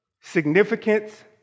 significance